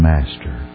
Master